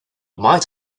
might